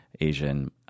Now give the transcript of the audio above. Asian